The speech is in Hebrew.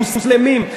מוסלמים,